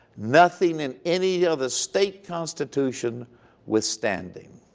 nothing in any of the state constitution withstanding.